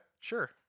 Sure